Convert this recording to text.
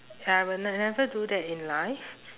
I will ne~ never do that in life